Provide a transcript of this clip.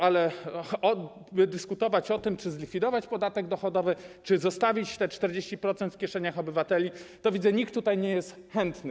Ale żeby dyskutować o tym, czy zlikwidować podatek dochodowy, czy zostawić te 40% w kieszeniach obywateli, to, widzę, nikt tutaj nie jest chętny.